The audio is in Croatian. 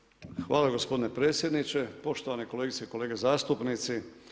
Hvala gospodine predsjedniče, poštovane kolegice i kolege zastupnici.